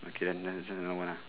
okay then then this [one] never mind lah